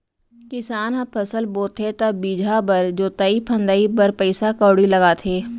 किसान ह फसल बोथे त बीजहा बर, जोतई फंदई बर पइसा कउड़ी लगाथे